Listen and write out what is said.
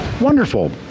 Wonderful